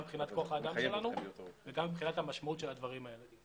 גם מבחינת כוח האדם שלנו וגם מבחינת המשמעות של הדברים האלה.